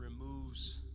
removes